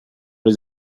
les